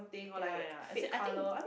ya ya as in I think